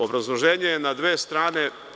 Obrazloženje je na dve strane.